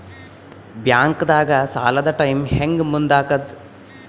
ಬ್ಯಾಂಕ್ದಾಗ ಸಾಲದ ಟೈಮ್ ಹೆಂಗ್ ಮುಂದಾಕದ್?